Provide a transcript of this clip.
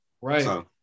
Right